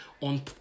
on